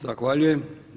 Zahvaljujem.